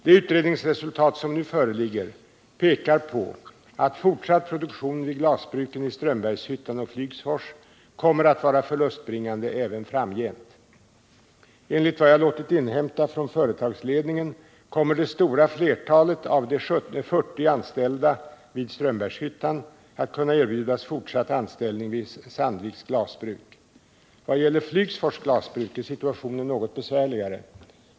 Det utredningsresultat som nu föreligger pekar på att fortsatt produktion vid glasbruken i Strömbergshyttan och Flygsfors kommer att vara förlustbringande även framgent. Enligt vad jag har låtit inhämta från företagsledningen kommer det stora flertalet av de ca 40 anställda vid Strömbergshyttan att kunna erbjudas fortsatt anställning vid Sandviks glasbruk. Vad gäller Flygsfors glasbruk är situationen något besvärligare.